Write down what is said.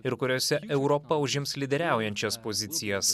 ir kuriose europa užims lyderiaujančias pozicijas